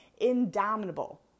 indomitable